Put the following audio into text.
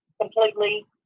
completely